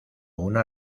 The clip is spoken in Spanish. una